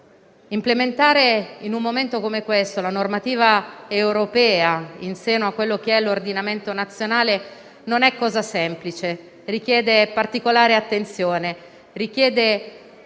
Implementare, in un momento come questo, la normativa europea in seno all'ordinamento nazionale non è cosa semplice, richiede particolare attenzione. Richiede